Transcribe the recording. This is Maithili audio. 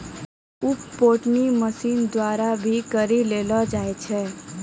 उप पटौनी मशीन द्वारा भी करी लेलो जाय छै